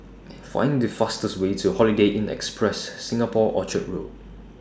Find The fastest Way to Holiday Inn Express Singapore Orchard Road